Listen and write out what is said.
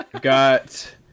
got